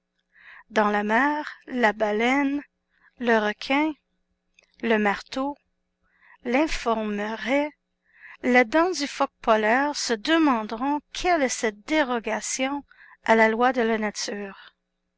dans la mer la baleine le requin le marteau l'informe raie la dent du phoque polaire se demanderont quelle est cette dérogation à la loi de la nature